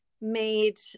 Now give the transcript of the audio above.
made